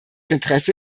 interesse